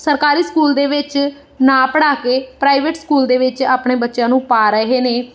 ਸਰਕਾਰੀ ਸਕੂਲ ਦੇ ਵਿੱਚ ਨਾ ਪੜ੍ਹਾ ਕੇ ਪ੍ਰਾਈਵੇਟ ਸਕੂਲ ਦੇ ਵਿੱਚ ਆਪਣੇ ਬੱਚਿਆਂ ਨੂੰ ਪਾ ਰਹੇ ਨੇ